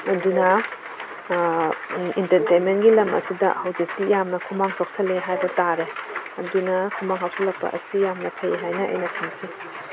ꯑꯗꯨꯅ ꯏꯟꯇꯔꯇꯦꯟꯃꯦꯟꯒꯤ ꯂꯝ ꯑꯁꯤꯗ ꯍꯧꯖꯤꯛꯇꯤ ꯌꯥꯝꯅ ꯈꯨꯃꯥꯡ ꯆꯥꯎꯁꯤꯜꯂꯦ ꯍꯥꯏꯕ ꯇꯥꯔꯦ ꯑꯗꯨꯅ ꯈꯨꯃꯥꯡ ꯆꯥꯎꯁꯤꯜꯂꯛꯄ ꯑꯁꯤ ꯌꯥꯝꯅ ꯐꯩ ꯍꯥꯏꯅ ꯑꯩꯅ ꯈꯟꯖꯩ